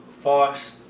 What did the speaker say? false